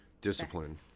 Discipline